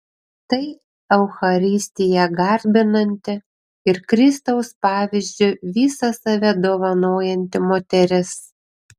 tai eucharistiją garbinanti ir kristaus pavyzdžiu visą save dovanojanti moteris